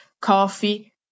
coffee